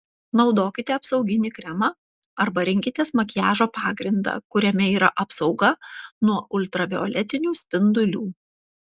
naudokite apsauginį kremą arba rinkitės makiažo pagrindą kuriame yra apsauga nuo ultravioletinių spindulių